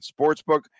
sportsbook